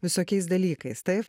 visokiais dalykais taip